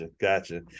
gotcha